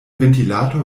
ventilator